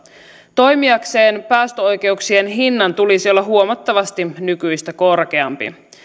toimiakseen päästöoikeuksien hinnan tulisi olla huomattavasti nykyistä korkeampi